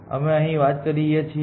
અમે અહીં વાત કરી રહ્યા છીએ